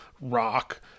rock